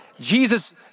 Jesus